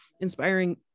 inspiring